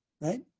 right